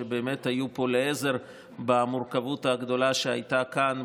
שהיו פה לעזר במורכבות הגדולה שהייתה כאן,